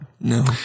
no